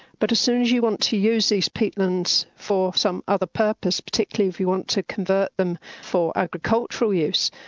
but as soon as you want to use these peatlands for some other purpose, particularly if you want to convert them for agricultural use,